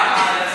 מה?